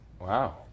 Wow